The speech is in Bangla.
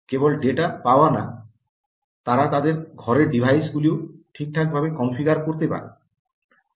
কেবল ডেটা পাওয়া না তারা তাদের ঘরের ডিভাইস গুলিও ঠিকঠাক ভাবে কনফিগার করতে পারবে